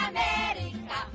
America